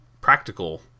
practical